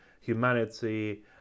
humanity